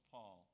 Paul